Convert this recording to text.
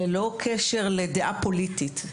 ללא קשר לדעה פוליטית.